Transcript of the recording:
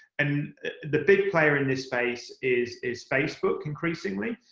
and the big player in this space is is facebook, increasingly.